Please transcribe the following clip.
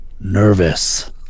nervous